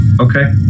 Okay